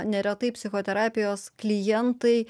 neretai psichoterapijos klientai